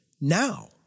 now